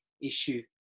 issue